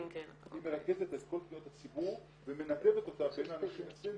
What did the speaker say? היא מרכזת את כל פניות הציבור ומנתבת אותן בין האנשים אצלנו,